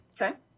okay